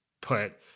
put